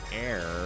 air